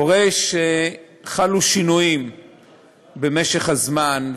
קורה שחלו שינויים במשך הזמן,